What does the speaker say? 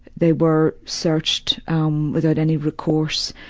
they were searched without any recourse.